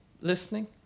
listening